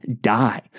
die